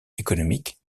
économiques